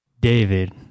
David